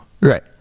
Right